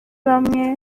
bamwe